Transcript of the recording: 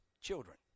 children